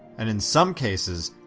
and in some cases,